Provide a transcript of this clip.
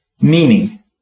meaning